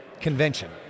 convention